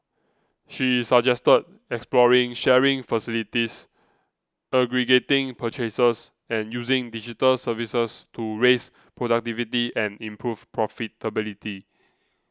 she suggested exploring sharing facilities aggregating purchases and using digital services to raise productivity and improve profitability